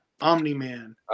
Omni-Man